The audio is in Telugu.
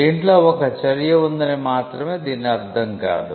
దీంట్లో ఒక చర్య ఉందని మాత్రమే దీని అర్థం కాదు